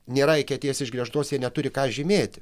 nėra eketės išgręžtos jie neturi ką žymėti